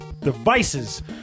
devices